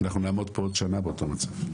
אנחנו נעמוד פה עוד שנה באותו מצב.